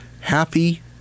happy